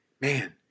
Man